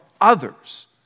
others